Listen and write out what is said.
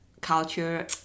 culture